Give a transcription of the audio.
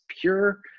pure